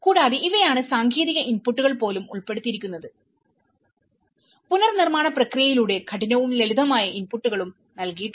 കൂടാതെ ഇവിടെയാണ് സാങ്കേതിക ഇൻപുട്ടുകൾ പോലും ഉൾപ്പെടുത്തിയിരിക്കുന്നത് പുനർനിർമ്മാണ പ്രക്രിയയിലൂടെ കഠിനവും ലളിതവുമായ ഇൻപുട്ടുകളും നൽകിയിട്ടുണ്ട്